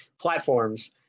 platforms